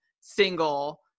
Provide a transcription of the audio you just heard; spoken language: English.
single